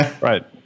Right